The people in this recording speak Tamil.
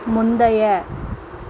முந்தைய